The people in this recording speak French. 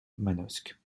manosque